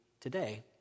today